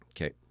Okay